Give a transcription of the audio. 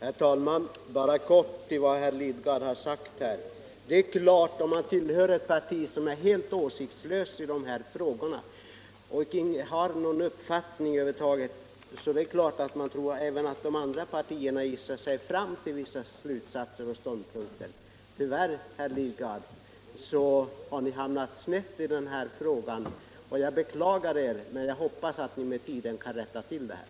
Herr talman! Bara några ord mycket kort i anledning av vad herr Lidgard här anfört. Om man tillhör ett parti som är helt åsiktslöst i dessa frågor och som inte har någon uppfattning över huvud taget, så är det klart att man tror att de andra partierna gissar sig fram till vissa slutsatser och ståndpunkter. Tyvärr, herr Lidgard, har ni hamnat snett i denna fråga, och jag beklagar er, men jag hoppas att ni med tiden kan komma till rätta.